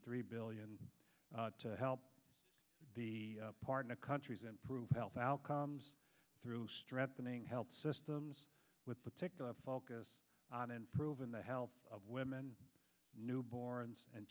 three billion to help the partner countries improve health outcomes through strengthening health systems with particular focus on improving the health of women newborns and